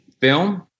film